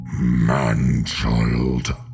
man-child